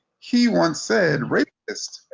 he once said racist